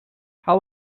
how